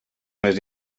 més